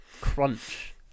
crunch